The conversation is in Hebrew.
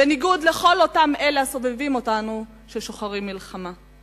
בניגוד לכל אלה הסובבים אותנו, ששוחרים מלחמה.